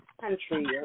country